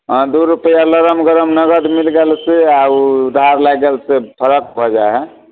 हँ दुइ रुपैआ नरम गरम नगदमे मिलि गेल से आओर ओ उधार लागि गेल से फरक भऽ जाए हइ